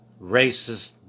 racist